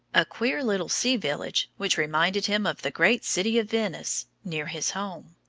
a queer little sea village which reminded him of the great city of venice near his home.